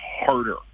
harder